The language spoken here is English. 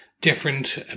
different